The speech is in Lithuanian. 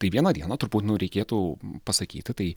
tai viena diena turbūt nu reikėtų pasakyti tai